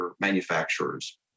manufacturers